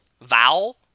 Vowel